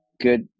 Good